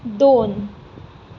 दोन